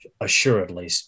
assuredly